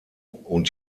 und